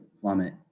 plummet